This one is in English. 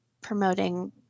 promoting